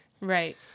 Right